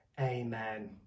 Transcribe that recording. Amen